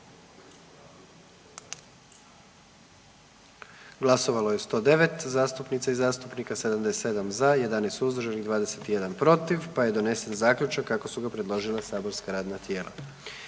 Glasovalo je 108 zastupnica i zastupnika, 101 za, 7 suzdržanih, tako da je donesen Zaključak kako su ga predložila saborska radna tijela.